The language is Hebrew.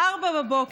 ב-04:00.